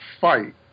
fight